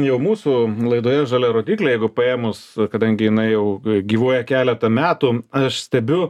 jau mūsų laidoje žalia rodyklė jeigu paėmus kadangi jinai jau gyvuoja keletą metų aš stebiu